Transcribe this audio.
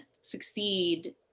succeed